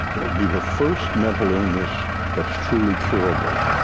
it will be the first mental illness that's truly curable.